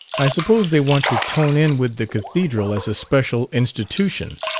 i suppose they want to tone in with the cathedral as a special institution.